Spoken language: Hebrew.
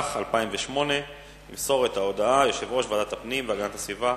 התשס"ח 2008. ימסור את ההודעה יושב-ראש ועדת הפנים והגנת הסביבה,